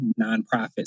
nonprofits